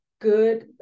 good